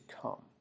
come